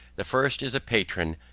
the first is a patron,